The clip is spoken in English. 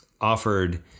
offered